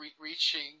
reaching